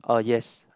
oh yes